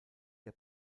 der